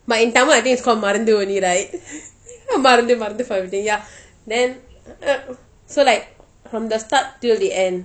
but in tamil I think it's called marunthu only right மருந்து marunthu marunthu ya then so like from the start till the end